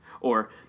Or